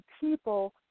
people